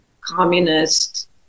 communist